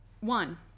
one